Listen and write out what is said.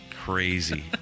Crazy